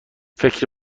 فکر